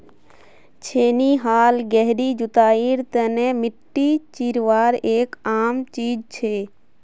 छेनी हाल गहरी जुताईर तने मिट्टी चीरवार एक आम चीज छे